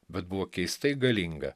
bet buvo keistai galinga